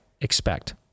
expect